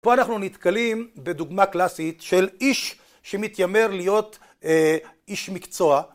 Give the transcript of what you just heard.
פה אנחנו נתקלים בדוגמה קלאסית של איש שמתיימר להיות איש מקצוע